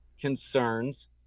concerns